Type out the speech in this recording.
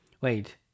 wait